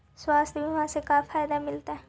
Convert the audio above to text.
स्वास्थ्य बीमा से का फायदा मिलतै?